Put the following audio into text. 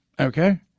okay